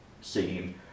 scene